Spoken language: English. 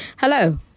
Hello